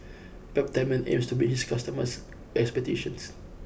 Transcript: Peptamen aims to meet its customers' expectations